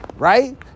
Right